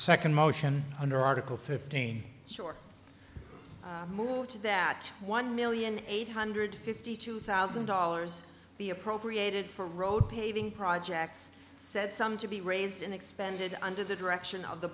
second motion under article fifteen short move to that one million eight hundred fifty two thousand dollars be appropriated for road paving projects said some to be raised in expended under the direction of the